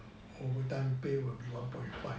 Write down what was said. overtime pay will be one point five